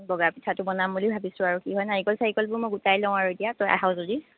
বগা পিঠাটো বনাম বুলি ভাবিছোঁ আৰু কি হয় নাৰিকল চাৰিকলবোৰ মই গোটাই লও আৰু এতিয়া তই আহ যদি